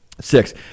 six